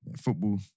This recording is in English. Football